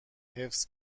حفظ